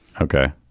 Okay